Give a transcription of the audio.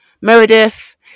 meredith